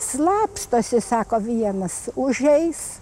slapstosi sako vienas užeis